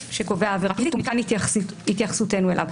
שקובע עבירה פלילית ומכן התייחסותנו אליו.